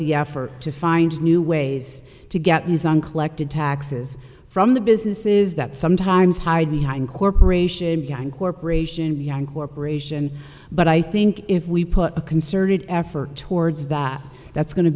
the effort to find new ways to get these on collected taxes from the businesses that sometimes hide behind corporation behind corporation young corporation but i think if we put a concerted effort towards that that's go